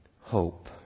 hope